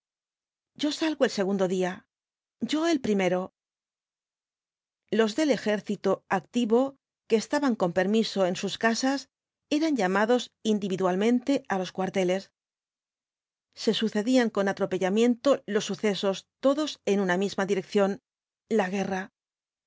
yo salgo el segundo día yo el primero los del ejército activo que estaban con permiso en sus casas eran llamados indíaddual mente á los cuarteles se sucedían con atropellamiento los sucesos todos en una misma dirección la guerra